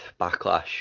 Backlash